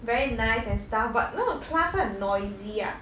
very nice and stuff but you know her class 它很 noisy ah